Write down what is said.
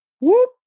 whoop